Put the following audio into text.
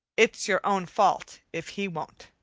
it's your own fault if he won't.